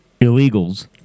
illegals